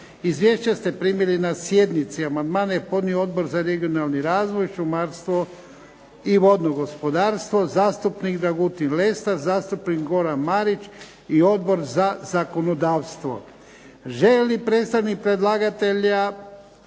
Izvješća ste primili na sjednici. Amandmane je podnio Odbor za regionalni razvoj, šumarstvo i vodno gospodarstvo, zastupnik Dragutin Lesar, zastupnik Goran Marić i Odbor za zakonodavstvo. Želi li predstavnik predlagatelja